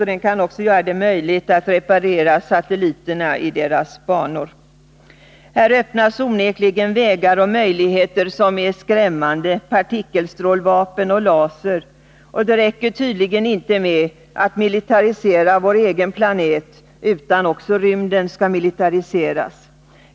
Med hjälp av färjan kan det också bli möjligt att reparera satelliterna i deras banor. Här öppnas onekligen vägar och möjligheter som är skrämmande — partikelstrålvapen och laser. Det räcker tydligen inte med att vår egen planet militariseras, utan också rymden skall militariseras.